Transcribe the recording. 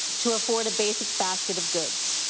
to afford a basic basket of goods.